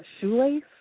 shoelace